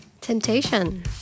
Temptation